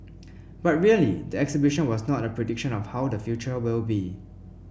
but really the exhibition was not a prediction of how the future will be